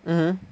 mmhmm